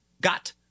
got